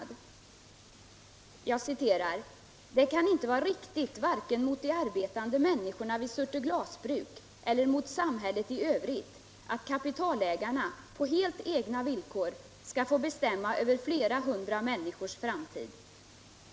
"Det kan inte vara riktigt varken mot de arbetande människorna vid Surte Glasbruk eHer mot samhället i övrigt att kapitalägarna på helt egna villkor skall få bestämma över flera hundra människors framtid.